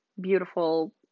beautiful